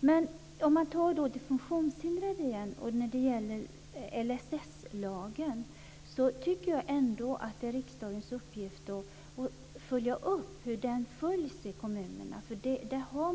Men när det gäller de funktionshindrade och LSS tycker jag ändå att det är riksdagens uppgift att följa upp hur lagen följs i kommunerna.